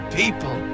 people